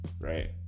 right